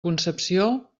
concepció